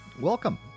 Welcome